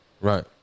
Right